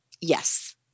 Yes